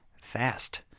fast